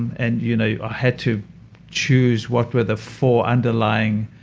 and you know had to choose what were the four underlying.